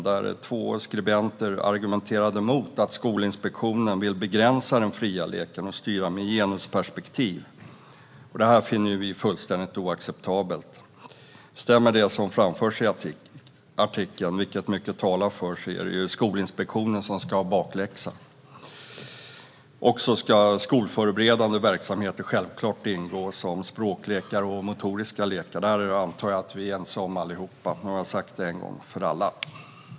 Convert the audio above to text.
Där argumenterade två skribenter mot att Skolinspektionen vill begränsa den fria leken och styra med genusperspektiv. Detta finner vi fullständigt oacceptabelt. Stämmer det som framförs i artikeln, vilket mycket talar för, är det Skolinspektionen som ska ha bakläxa. Skolförberedande verksamheter ska självklart också ingå, till exempel språklekar och motoriska lekar. Det antar jag att vi alla är ense om. Nu har jag sagt det en gång för alla.